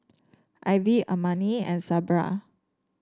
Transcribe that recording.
Ivy Armani and Sabra